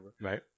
Right